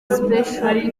special